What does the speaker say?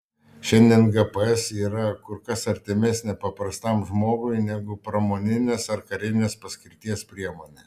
šiandien gps yra kur kas artimesnė paprastam žmogui negu pramoninės ar karinės paskirties priemonė